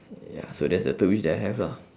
ya so that's the third wish that I have lah